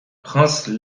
prince